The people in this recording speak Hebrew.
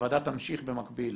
הוועדה תמשיך במקביל